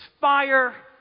fire